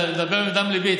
אני מדבר מדם ליבי,